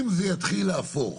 אם זה יתחיל להפוך